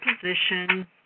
position